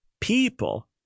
people